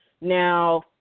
Now